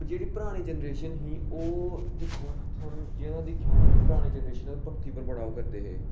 जेहड़ी परानी जनरेशन ही ओह् दिक्खो जियां तुसें दिक्खेआ होना कि परानी जनरेशन भगती उप्पर बड़ा ओह् करदे हे